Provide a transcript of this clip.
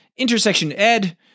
IntersectionEd